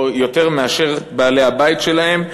או יותר מאשר בעלי הבית שלהם.